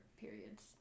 periods